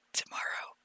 tomorrow